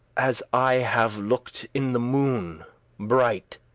as i have looked in the moone bright,